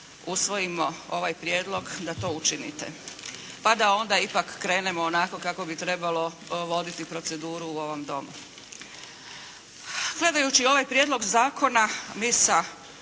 usvojimo ovaj prijedlog da to učinite, pa da onda ipak krenemo onako kako bi trebalo voditi proceduru u ovom Domu. Gledajući ovaj prijedlog zakona mi sa